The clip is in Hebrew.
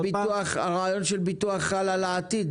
אבל הרעיון של ביטוח חל על העתיד,